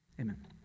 Amen